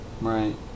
Right